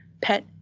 pet